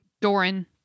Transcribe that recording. Doran